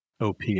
OP